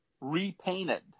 Repainted